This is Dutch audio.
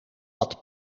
wat